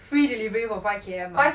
free delivery for five K_M ah